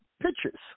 pictures